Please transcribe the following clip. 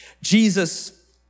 Jesus